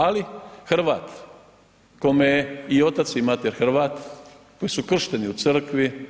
Ali Hrvat koje je i otac i mater Hrvat, koji su kršteni u crkvi,